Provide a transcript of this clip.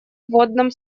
вводном